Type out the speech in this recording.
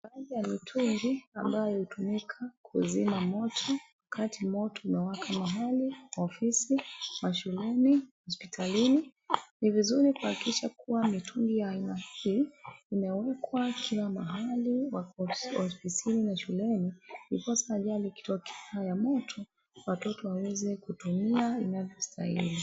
Baadhi ya mitungi ambayo hutumika kuzima moto wakati moto umewaka mahali, ofisini, mashuleni, hospitalini. Ni vizuri kuhakikisha kuwa mitungi ya aina hii imewekwa kila mahali kwa ofisini na shuleni, ndiposa ajali ikitokea ya moto, watoto waweze kutumia inavyostahili.